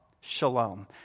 shalom